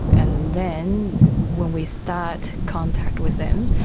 and then when we start contact with them,